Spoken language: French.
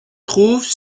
trouve